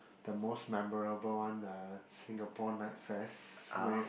the most memorable one uh Singapore night fest with